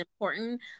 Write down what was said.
important